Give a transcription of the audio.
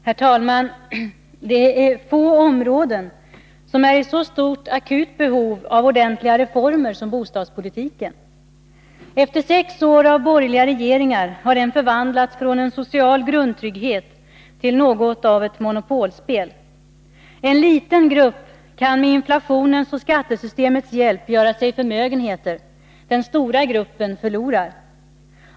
Herr talman! Det är få områden som är i så stort akut behov av ordentliga reformer som bostadspolitiken. Efter sex år av borgerliga regeringar har den förvandlats från ett instrument för social grundtrygghet till något av ett monopolspel. En liten grupp kan med inflationens och skattesystemets hjälp göra sig förmögenheter. Den stora gruppen förlorar.